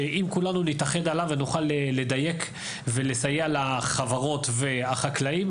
שאם כולנו נתאחד עליו ונוכל לדייק ולסייע לחברות והחקלאים,